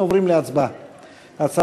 אנחנו עוברים להצבעה בקריאה ראשונה,